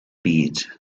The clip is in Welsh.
byd